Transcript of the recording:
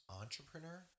entrepreneur